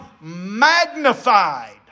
magnified